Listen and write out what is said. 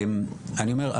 אני אומר,